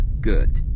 good